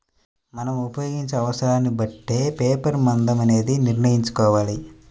మనం ఉపయోగించే అవసరాన్ని బట్టే పేపర్ మందం అనేది నిర్ణయించుకోవాలి